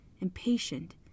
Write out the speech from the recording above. impatient